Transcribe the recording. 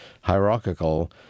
hierarchical